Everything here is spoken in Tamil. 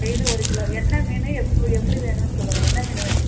டெய்லி ஒரு கிலோ என்ன மீன் எப்போ எப்படி வேணும்ன்னு சொல்லுங்கள் என்ன மீன் வேணும்